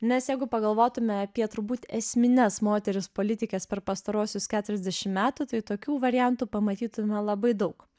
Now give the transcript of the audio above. nes jeigu pagalvotume apie turbūt esmines moteris politikes per pastaruosius keturiasdešim metų tai tokių variantų pamatytume labai daug